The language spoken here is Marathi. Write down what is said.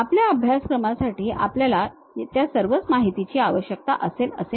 आपल्या अभ्यासक्रमासाठी आपल्याला त्या सर्वच माहितीची आवश्यकता असेल असे नाही